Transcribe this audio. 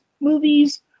movies